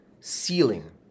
ceiling